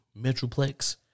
Metroplex